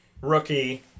rookie